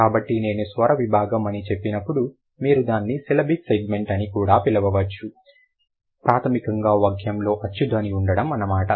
కాబట్టి నేను స్వర విభాగం అని చెప్పినప్పుడు మీరు దానిని సిలబిక్ సెగ్మెంట్ అని కూడా పిలవవచ్చు ప్రాథమికంగా వాక్యంలో అచ్చు ధ్వని ఉండటం అన్నమాట